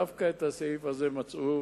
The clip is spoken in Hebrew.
דווקא את הסעיף הזה מצאו,